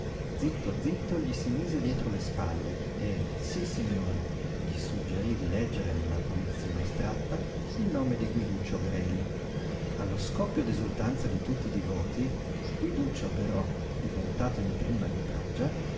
zitto zitto gli si mise dietro le spalle e sissignori gli suggerí di leggere nella polizzina estratta il nome di guiduccio greli allo scoppio d'esultanza di tutti i divoti guiduccio però diventato in prima di bragia